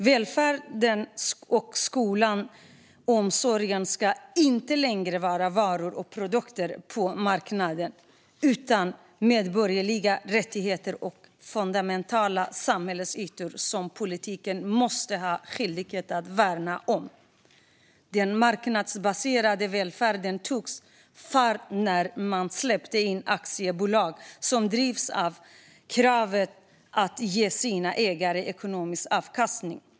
Välfärden - skolan och omsorgen - ska inte längre vara varor och produkter på marknaden utan medborgerliga rättigheter och fundamentala samhällsnyttor som politiken har skyldighet att värna om. Den marknadsbaserade välfärden tog fart när man släppte in aktiebolag som drivs av kravet att ge sina ägare ekonomisk avkastning.